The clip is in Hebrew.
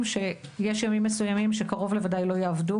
שיש ימים מסוימים שקרוב לוודאי לא יעבדו,